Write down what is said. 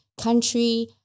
country